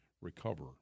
recover